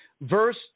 Verse